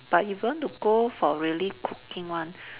but if you want to go for really cooking one